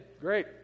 great